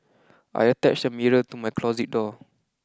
I attached a mirror to my closet door